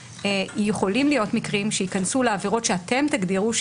יכולים להיות מקרים שיכנסו לעבירות שאתם תגדירו,